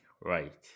right